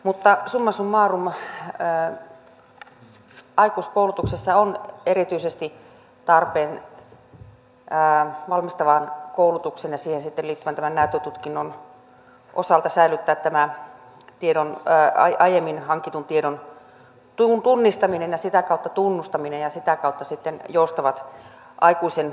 summa summarum aikuiskoulutuksessa on erityisesti tarpeen valmistavaan koulutukseen ja siihen liittyvän näyttötutkinnon osalta säilyttää tämä aiemmin hankitun tiedon tunnistaminen ja sitä kautta tunnustaminen ja sitä kautta sitten joustavat aikuisen koulutuspolut